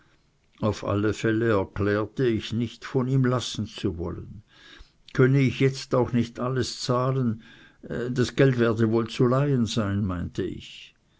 auf alle fälle erklärte ich nicht von ihm lassen zu wollen könne ich jetzt auch nicht alles zahlen das geld werde wohl zu leihen sein meinte ich